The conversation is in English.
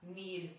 need